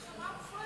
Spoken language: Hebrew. זו חברה מופרטת,